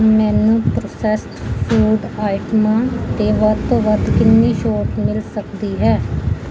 ਮੈਨੂੰ processed food ਆਈਟਮਾਂ 'ਤੇ ਵੱਧ ਤੋਂ ਵੱਧ ਕਿੰਨੀ ਛੋਟ ਮਿਲ ਸਕਦੀ ਹੈ